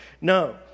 No